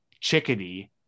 Chickadee